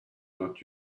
not